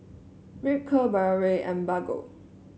Ripcurl Biore and Bargo